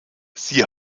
sie